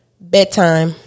Bedtime